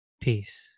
peace